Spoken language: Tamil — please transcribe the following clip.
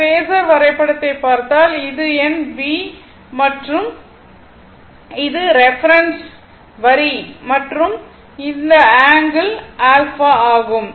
இந்த பேஸர் வரைபடத்தை பார்த்தால் இது V மற்றும் இது ரெஃபரென்ஸ் வரி மற்றும் இந்த ஆங்கிள் α ஆகும்